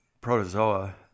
protozoa